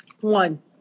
One